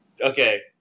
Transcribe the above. Okay